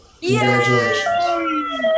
Congratulations